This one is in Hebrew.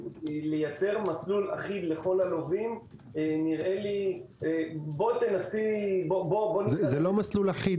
לייצר מסלול אחיד לכל הלווים נראה לי --- זה לא מסלול אחיד.